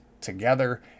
together